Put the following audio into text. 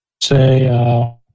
say